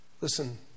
Listen